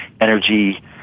energy